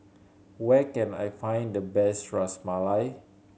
where can I find the best Ras Malai